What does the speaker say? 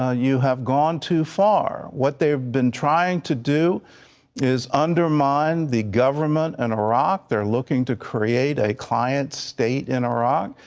ah you have gone too far. what they have been trying to do is undermine the government in and iraq. they are looking to create a client state in iraq.